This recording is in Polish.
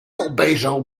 obejrzał